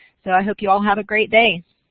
so i hope you all have a great day.